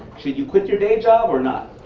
should you quit your day job or not?